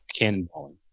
cannonballing